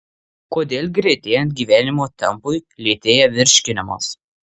kodėl greitėjant gyvenimo tempui lėtėja virškinimas